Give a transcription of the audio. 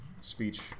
speech